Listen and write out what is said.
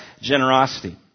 generosity